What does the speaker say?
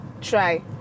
try